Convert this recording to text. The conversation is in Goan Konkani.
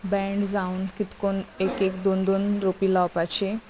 बँड जावन कितकोन एक एक दोन दोन रोपी लावपाची